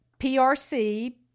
PRC